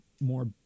more